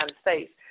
States